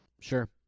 Sure